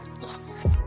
Yes